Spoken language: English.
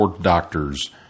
doctors